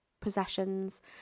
possessions